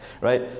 right